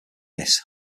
this